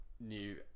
new